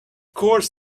course